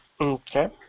okay